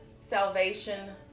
salvation